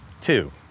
two